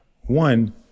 one